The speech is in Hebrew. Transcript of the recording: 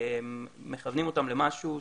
מכוונים אותם למשהו,